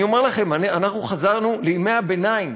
אני אומר לכם, אנחנו חזרנו לימי הביניים,